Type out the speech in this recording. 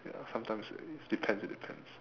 ya sometimes depends it depends